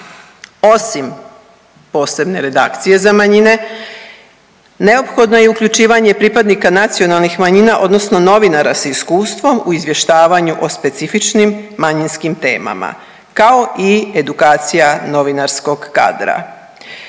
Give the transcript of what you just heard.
Osim posebne redakcije za manjine neophodno je i uključivanje pripadnika nacionalnih manjina odnosno novinara s iskustvom u izvještavanju o specifičnim manjinskim temama, kao i edukacija novinarskog kadra.